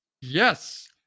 Yes